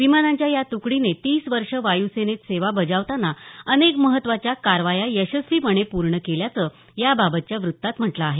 विमानांच्या या तुकडीने तीस वर्ष वायुसेनेत सेवा बजावताना अनेक महत्त्वाच्या कारवाया यशस्वीपणे पूर्ण केल्याचं याबाबतच्या वृत्तात म्हटलं आहे